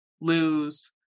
lose